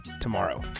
tomorrow